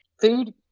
food